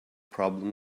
problem